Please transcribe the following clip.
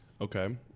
Okay